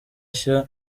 nshya